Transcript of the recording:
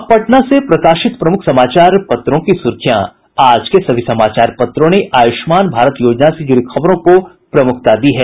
अब पटना से प्रकाशित प्रमुख समाचार पत्रों की सुर्खियां आज के सभी समाचार पत्रों ने आयुष्मान भारत योजना से जुड़ी खबरों को प्रमुखता दी है